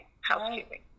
housekeeping